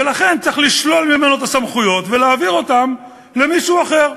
ולכן צריך לשלול ממנו את הסמכויות ולהעביר אותן למישהו אחר.